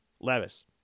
Levis